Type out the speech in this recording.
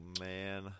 man